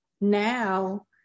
now